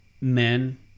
men